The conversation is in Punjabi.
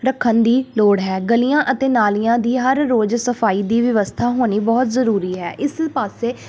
ਰੱਖਣ ਦੀ ਲੋੜ ਹੈ ਗਲੀਆਂ ਅਤੇ ਨਾਲੀਆਂ ਦੀ ਹਰ ਰੋਜ਼ ਸਫਾਈ ਦੀ ਵਿਵਸਥਾ ਹੋਣੀ ਬਹੁਤ ਜ਼ਰੂਰੀ ਹੈ ਇਸ ਪਾਸੇ